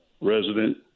resident